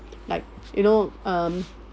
like you know um